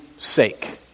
sake